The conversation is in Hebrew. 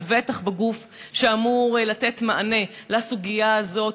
ובטח בגוף שאמור לתת מענה על הסוגיה הזאת,